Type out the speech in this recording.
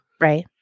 Right